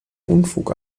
unfug